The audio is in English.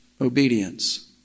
obedience